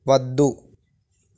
వద్దు